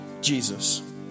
Jesus